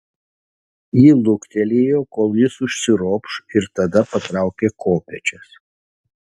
ji luktelėjo kol jis užsiropš ir tada patraukė kopėčias